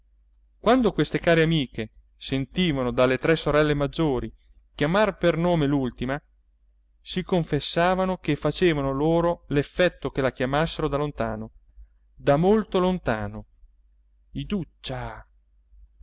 quando queste care amiche sentivano dalle tre sorelle maggiori chiamar per nome l'ultima si confessavano che faceva loro l'effetto che la chiamassero da lontano da molto lontano iduccia